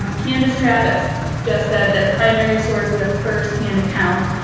um candace travis just said that a primary source is a first-hand account,